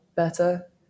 better